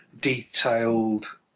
detailed